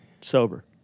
sober